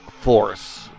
force